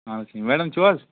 اَدٕ سا میڈَم چھِو حظ